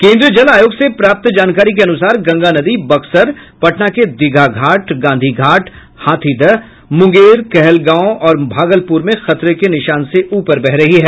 केन्द्रीय जल आयोग से प्राप्त जानकारी के अनुसार गंगा नदी बक्सर पटना के दीघा घाट गांधी घाट हाथीदह मुंगेर कहलगांव और भागलपुर में खतरे के निशान से ऊपर बह रही है